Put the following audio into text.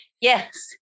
yes